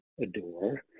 adore